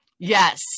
Yes